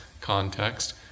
context